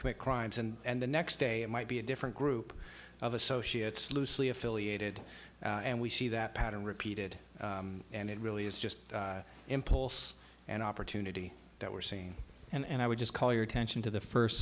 commit crimes and the next day it might be a different group of associates loosely affiliated and we see that pattern repeated and it really is just impulse and opportunity that we're seen and i would just call your attention to the first